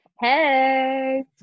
Hey